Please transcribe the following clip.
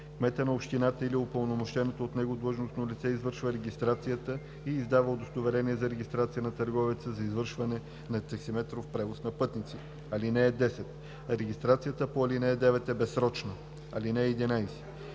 кметът на общината или упълномощеното от него длъжностно лице извършва регистрацията и издава удостоверение за регистрация на търговеца за извършване на таксиметров превоз на пътници. (10) Регистрацията по ал. 9 е безсрочна. (11)